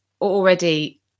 already